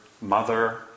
mother